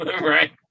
Right